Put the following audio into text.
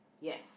Yes